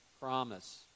promise